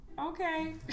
okay